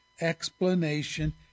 explanation